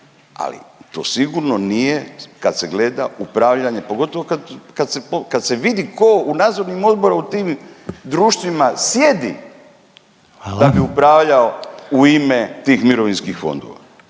ali to sigurno nije kad se gleda upravljanje, pogotovo kad, kad se po…, kad se vidi ko u nadzornim odborima u tim društvima sjedi…/Upadica Reiner: Hvala./…da bi upravljao u ime tih mirovinskih fondova.